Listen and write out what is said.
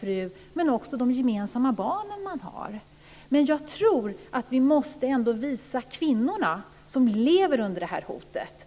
fru och även de gemensamma barnen. Men jag tror ändå att vi måste se de kvinnor som lever under det här hotet.